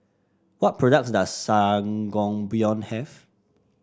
what products does Sangobion have